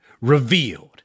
revealed